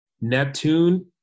Neptune